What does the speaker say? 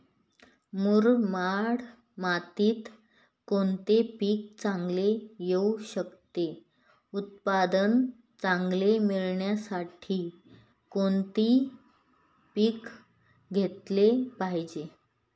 मुरमाड मातीत कोणते पीक चांगले येऊ शकते? उत्पादन चांगले मिळण्यासाठी कोणते पीक घेतले पाहिजे?